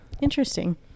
Interesting